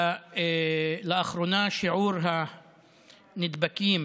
לאחרונה שיעור הנדבקים